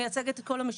שמייצגת את כל המשפחות.